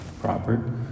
proper